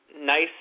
nice